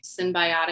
symbiotic